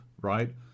right